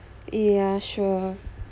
ya sure